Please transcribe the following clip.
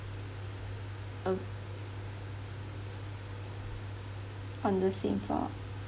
ok~ on the same floor